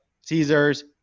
Caesars